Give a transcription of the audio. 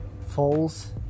falls